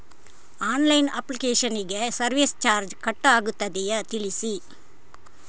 Online application ಗೆ service charge cut ಆಗುತ್ತದೆಯಾ ತಿಳಿಸಿ?